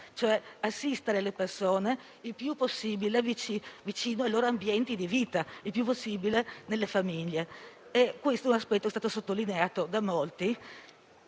cioè assistere le persone il più possibile vicino ai loro ambienti di vita, il più possibile nelle famiglie. Questo aspetto è stato sottolineato da molti.